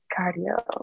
cardio